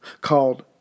called